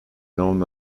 known